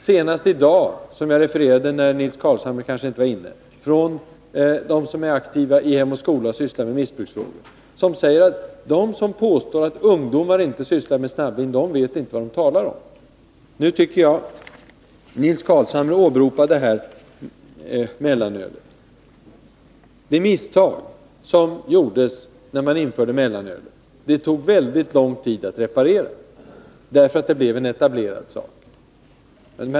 Senast i dag har jag — som jag tidigare refererade, men Nils Carlshamre kanske inte var inne då — träffat folk som är aktiva i Hem och skola och som sysslar med missbruksfrågor. De säger att de som påstår att ungdomar inte befattar sig med snabbvin inte vet vad de talar om. Nils Carlshamre åberopade mellanölet. Det misstag vi gjorde när vi införde mellanölet tog väldigt lång tid att reparera, därför att mellanölet blev etablerat.